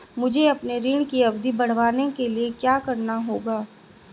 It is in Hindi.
मुझे अपने ऋण की अवधि बढ़वाने के लिए क्या करना होगा?